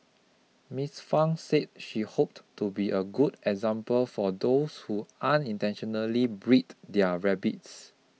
Miss Fang said she hoped to be a good example for those who unintentionally breed their rabbits